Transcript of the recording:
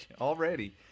Already